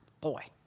Boy